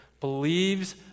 believes